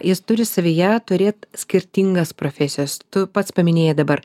jis turi savyje turėt skirtingas profesijas tu pats paminėjai dabar